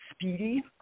Speedy